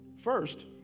First